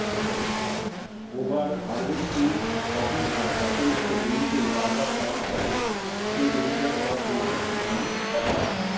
over harvesting তখন হয় যখন একটা জমিতেই বার বার চাষ করে সেই জমিটার সব সম্পদ শুষিয়ে যায়